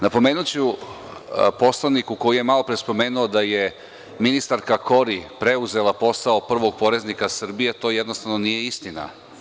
Napomenuću poslaniku koji je malopre spomenuo da je ministarka Kori preuzela posao prvog poreznika Srbije, to jednostavno nije istina.